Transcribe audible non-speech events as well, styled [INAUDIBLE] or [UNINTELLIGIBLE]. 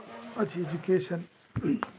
[UNINTELLIGIBLE] education